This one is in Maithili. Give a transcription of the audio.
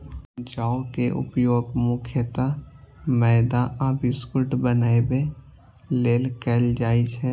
जौ के उपयोग मुख्यतः मैदा आ बिस्कुट बनाबै लेल कैल जाइ छै